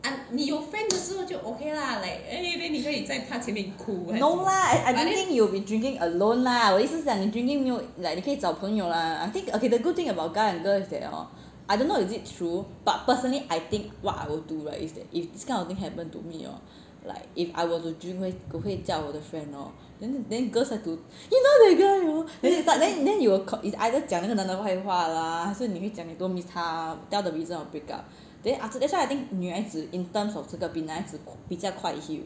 no lah I don't think you will be drinking alone lah 我的意思是讲你 drinking 没有 like 你可以找朋友 lah I think okay the good thing about guy and girl is that hor I don't know is it true but personally I think what I will do right is that if this kind of thing happen to me hor like if I were to drink 我会我会叫我的 friend lor then then girls like to you know that guy hor then 就 start then you then you will call it's either 讲那个男的坏话 lah 还是你会讲你多 miss 他 lah tell the reason of break up then after that that's why I think 女孩子 in terms of 这个比男孩子比较快 heal